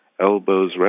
elbows